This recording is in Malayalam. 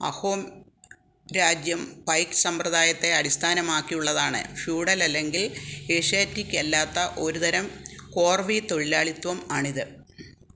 അഹോം രാജ്യം പൈക് സമ്പ്രദായത്തെ അടിസ്ഥാനമാക്കിയുള്ളതാണ് ഫ്യൂഡൽ അല്ലെങ്കിൽ ഏഷ്യാറ്റിക് അല്ലാത്ത ഒരു തരം കോർവി തൊഴിലാളിത്വം ആണിത്